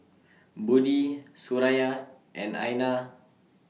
Budi Suraya and Aina